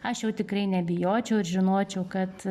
aš jau tikrai nebijočiau ir žinočiau kad